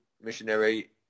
missionary